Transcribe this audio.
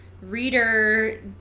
Reader